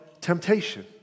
temptation